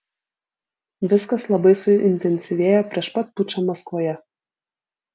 viskas labai suintensyvėjo prieš pat pučą maskvoje